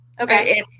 Okay